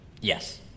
Yes